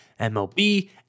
MLB